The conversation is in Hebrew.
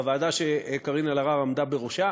בוועדה שקארין אלהרר עמדה בראשה